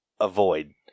avoid